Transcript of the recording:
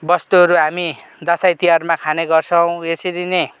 बस्तुहरू हामी दसैँ तिहारमा खाने गर्छौँ यसरी नै